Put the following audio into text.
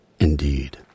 Indeed